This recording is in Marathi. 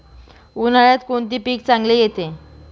उन्हाळ्यात कोणते पीक चांगले येते?